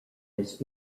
his